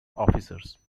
officers